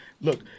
Look